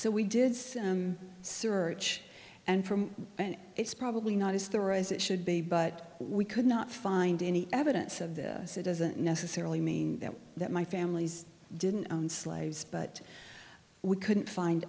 so we did search and from and it's probably not as there as it should be but we could not find any evidence of this it doesn't necessarily mean that that my families didn't own slaves but we couldn't find